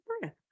breath